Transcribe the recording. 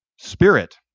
spirit